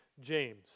James